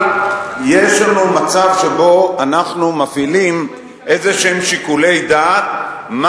יש לנו מצב שבו אנחנו מפעילים שיקולי דעת כלשהם,